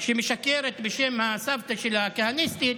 שמשקרת בשם הסבתא שלה, הכהניסטית,